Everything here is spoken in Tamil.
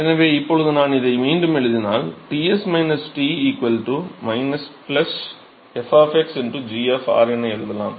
எனவே இப்போது நான் இதை மீண்டும் எழுதினால் Ts T f g என எழுதலாம்